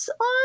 on